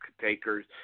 Takers